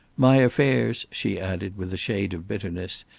my affairs, she added with a shade of bitterness,